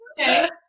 Okay